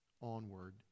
onward